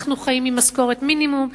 אנחנו חיים ממשכורת מינימום,